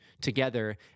together